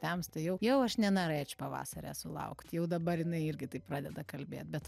temsta jau aš nenorėčiau pavasario sulaukt jau dabar jinai irgi taip pradeda kalbėt bet